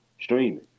streaming